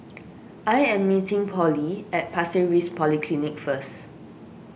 I am meeting Pollie at Pasir Ris Polyclinic first